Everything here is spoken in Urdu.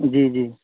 جی جی